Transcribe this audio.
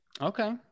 Okay